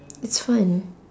it's fun